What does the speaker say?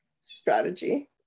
strategy